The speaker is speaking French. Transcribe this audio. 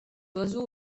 oiseaux